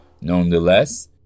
nonetheless